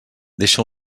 deixa